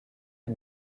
est